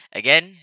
again